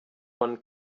von